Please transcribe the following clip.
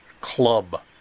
club